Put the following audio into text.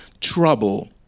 trouble